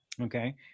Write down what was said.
Okay